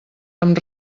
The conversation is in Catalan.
amb